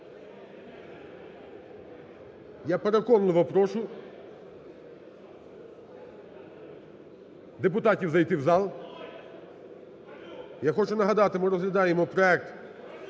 Я переконливо прошу депутатів зайти в зал. Я хочу нагадати, ми розглядаємо проект